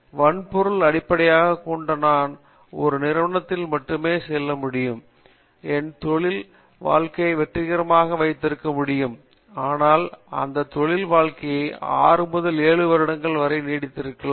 வன்பொருளை அடிப்படையாகக் கொண்டு நான் ஒரு நிறுவனத்திற்கு மட்டுமே செல்லமுடியும் என் தொழில் வாழ்க்கையை வெற்றிகரமாக வைத்திருக்க முடியும் ஆனால் அந்த தொழில் வாழ்க்கையை 6 முதல் 7 வருடங்கள் வரை நீடித்திருக்கலாம்